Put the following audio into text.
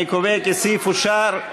אני קובע כי הסעיף אושר,